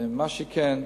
מה שכן,